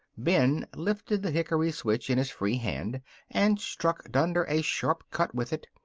ben lifted the hickory switch in his free hand and struck dunder a sharp cut with it.